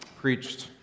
preached